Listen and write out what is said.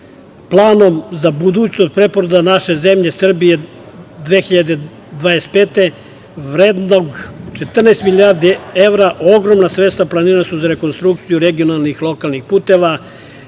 planom za budućnost preporoda naše zemlje Srbije 2025. godine, vrednog 14 milijardi evra, ogromna sredstva planirana su za rekonstrukciju regionalnih, lokalnih puteva,